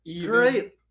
Great